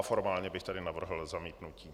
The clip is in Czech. Formálně bych navrhl zamítnutí.